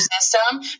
system